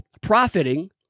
profiting